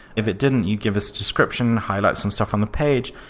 if it didn't, you'd give us description, highlight some stuff on the page,